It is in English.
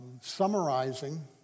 summarizing